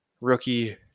rookie